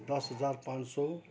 दस हजार पाँच सय